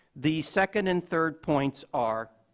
the second and third points are,